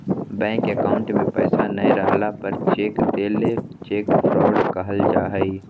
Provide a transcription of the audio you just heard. bank account में पैसा नय रहला पर चेक देल चेक फ्रॉड कहल जा हइ